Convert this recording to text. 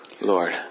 Lord